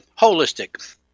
holistic